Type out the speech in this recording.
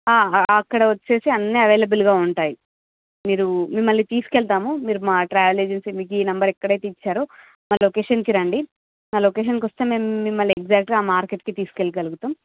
ఆ అక్కడ వచ్చేసి అన్ని అవైలబుల్ గా ఉంటాయి మీరు మిమ్మల్ని తీసుకెళ్తాము మీరు మా ట్రావెల్ ఏజెన్సీ మీకు ఈ నెంబర్ ఎక్కడైతే ఇచ్చారో ఆ లోకేషన్ కి రండి ఆ లోకేషన్ కి వస్తే మేము మిమల్నిఎగ్జాక్టు గా ఆ మార్కెట్ కి తీసుకెళ్ళగలుగుతాం